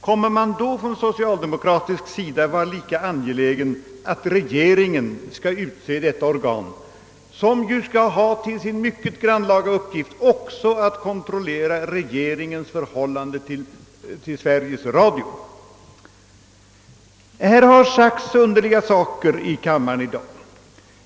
Kommer man då från socialdemokratiskt håll att var lika angelägen om att regeringen skall utse detta organ, som ju har till sin mycket grannlaga uppgift att också kontrollera regeringens förhållande till Sveriges Radio? Det har sagts underliga saker här i kammaren i dag.